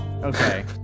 Okay